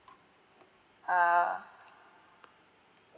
ah